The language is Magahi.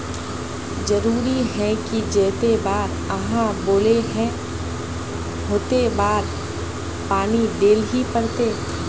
जरूरी है की जयते बार आहाँ बोले है होते बार पानी देल ही पड़ते?